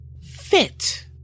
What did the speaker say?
fit